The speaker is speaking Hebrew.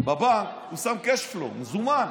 בבנק הוא שם cash flow, מזומן.